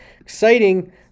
exciting